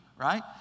right